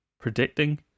predicting